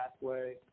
pathway